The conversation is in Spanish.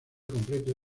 completo